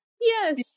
Yes